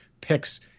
picks